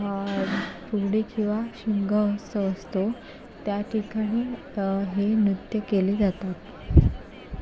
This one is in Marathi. फुगडी किंवा शिमगा उत्सव असतो त्याठिकाणी हे नृत्य केले जातात